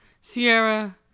Sierra